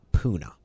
Puna